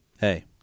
Hey